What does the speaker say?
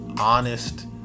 honest